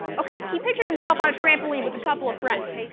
ok, he pictured himself on a trampoline with a couple of friends,